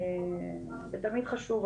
ותמיד חשוב,